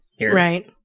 Right